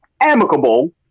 amicable